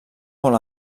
molt